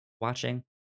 watching